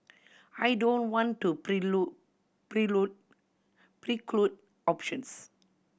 I don't want to preclude options